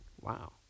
Wow